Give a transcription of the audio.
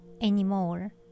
anymore